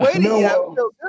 no